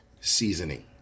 seasoning